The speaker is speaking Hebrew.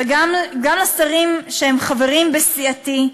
גם השרים שחברים בסיעתי,